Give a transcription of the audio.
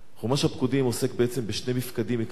חומש הפקודים עוסק בעצם בשני מפקדים עיקריים,